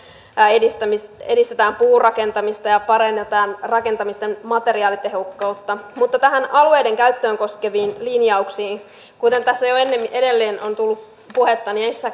edistetään puurakentamista ja parannetaan rakentamisen materiaalitehokkuutta mutta näihin alueiden käyttöä koskeviin linjauksiin kuten tässä jo edellä on ollut puhetta